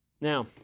Now